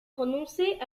prononcés